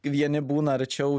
vieni būna arčiau